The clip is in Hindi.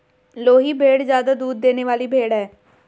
लोही भेड़ ज्यादा दूध देने वाली भेड़ है